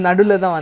oh